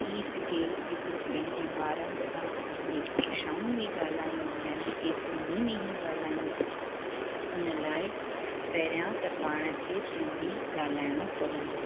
थी सघे एतिरो पंहिंजे ॿारनि सां पंहिंजी भाषाऊं में ॻाल्हायूं यानी की सिंधी में ई ॻाल्हायूं हुन लाइ पहिरियां त पाण खे सिंधी ॻाल्हाइणो पवंदो